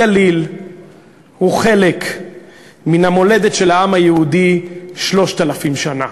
הגליל הוא חלק מן המולדת של העם היהודי 3,000 שנה.